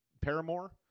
paramore